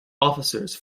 officers